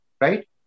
right